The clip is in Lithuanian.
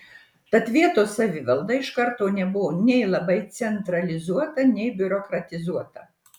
tad vietos savivalda iš karto nebuvo nei labai centralizuota nei biurokratizuota